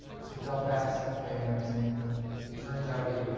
he's from belfast. and it turns out he